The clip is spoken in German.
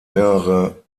mehrere